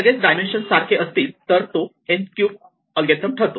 सगळेच डायमेन्शन सारखे असतील तर तो n क्यूब अल्गोरिदम ठरतो